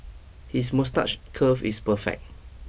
his moustache curl is perfect